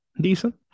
decent